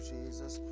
Jesus